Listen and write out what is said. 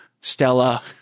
Stella